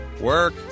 work